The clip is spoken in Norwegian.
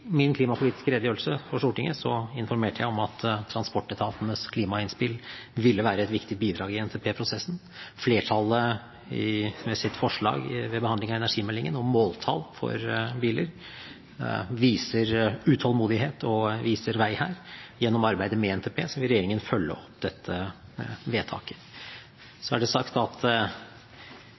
min klimapolitiske redegjørelse for Stortinget informerte jeg om at transportetatenes klimainnspill ville være et viktig bidrag i NTP-prosessen. Flertallet, med sitt forslag ved behandlingen av energimeldingen om måltall for biler, viser utålmodighet og viser vei her. Gjennom arbeidet med NTP vil regjeringen følge opp dette vedtaket. Det er sagt at